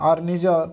ଆର୍ ନିଜର୍